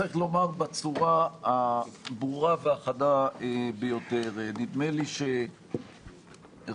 צריך לומר בצורה הברורה והחדה ביותר: נדמה לי שרק